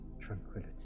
tranquility